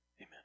Amen